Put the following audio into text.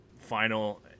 final